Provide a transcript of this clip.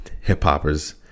hip-hoppers